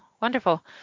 wonderful